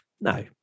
No